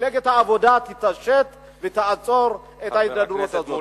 מפלגת העבודה תתעשת ותעצור את ההידרדרות הזאת.